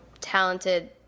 talented